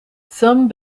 some